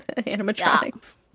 animatronics